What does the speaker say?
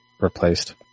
replaced